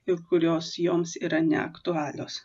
ir kurios joms yra neaktualios